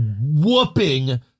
whooping